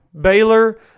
Baylor